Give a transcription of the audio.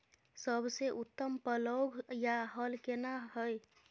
सबसे उत्तम पलौघ या हल केना हय?